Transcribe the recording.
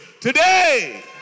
today